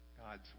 God's